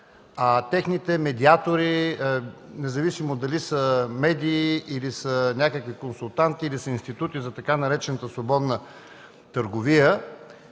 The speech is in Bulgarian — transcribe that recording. а техните медиатори, независимо дали са медии, или са някакви консултанти, или са институти за така наречената „свободна търговия”